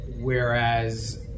Whereas